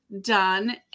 done